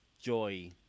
joy